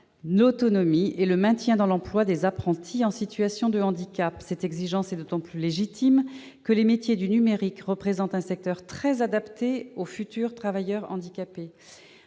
l'autonomie et le maintien dans l'emploi des apprentis en situation de handicap. Cette exigence est d'autant plus légitime que les métiers du numérique représentent un secteur très adapté aux futurs travailleurs handicapés.